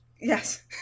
Yes